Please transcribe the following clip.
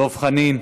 דב חנין,